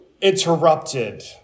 interrupted